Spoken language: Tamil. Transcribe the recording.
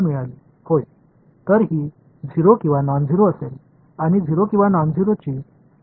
எனவே இது 0 அல்லது நான்ஜுரோ ஆக இருக்கும் மேலும் இது எந்த நிலையில் 0 அல்லது நான்ஜுரோ ஆக இருக்கும்